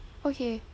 okay